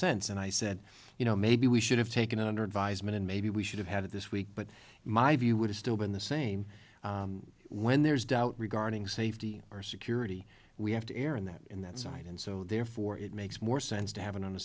sense and i said you know maybe we should have taken it under advisement and maybe we should have had it this week but my view would have still been the same when there's doubt regarding safety or security we have to err in that in that site and so therefore it makes more sense to have it on a